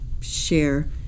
share